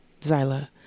Zyla